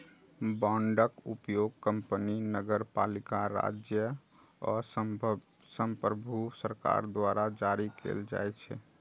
बांडक उपयोग कंपनी, नगरपालिका, राज्य आ संप्रभु सरकार द्वारा जारी कैल जाइ छै